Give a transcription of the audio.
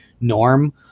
norm